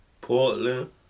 Portland